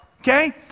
Okay